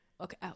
Okay